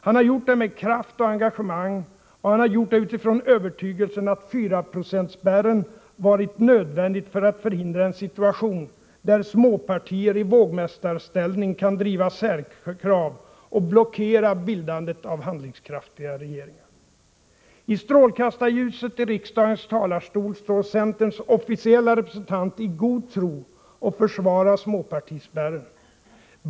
Han har gjort det med kraft och engagemang, och han har gjort det utifrån övertygelsen att 4-procentsspärren varit nödvändig för att förhindra en situation där småpartier i vågmästarställning kan driva särkrav och blockera bildandet av handlingskraftiga regeringar. I strålkastarljuset i riksdagens talarstol står centerns officiella representant i god tro och försvarar småpartispärren.